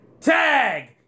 tag